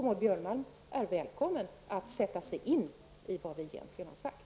Maud Björnemalm är välkommen att sätta sig in i vad vi egentligen har sagt.